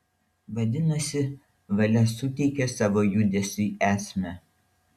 vadinasi valia suteikia savo judesiui esmę